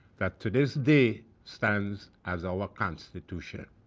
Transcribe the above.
that to this day stands as our constitution.